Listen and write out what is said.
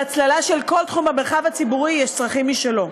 בהצללה לכל תחום במרחב הציבורי יש צרכים משלו.